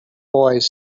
boys